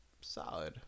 Solid